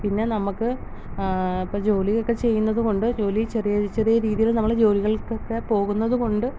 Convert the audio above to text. പിന്നെ നമുക്ക് ഇപ്പം ജോലിയൊക്കെ ചെയ്യുന്നത് കൊണ്ട് ജോലി ചെറിയ ചെറിയ രീതിയിൽ നമ്മൾ ജോലികൾകൊക്കെ പോകുന്നതു കൊണ്ട്